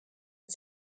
and